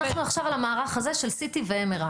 אנחנו עכשיו על המערך הזה של CT ו-MRI.